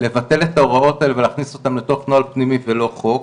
לבטל את ההוראות האלה ולהכניס אותם לתוך נוהל פנימי ולא חוק.